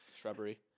Shrubbery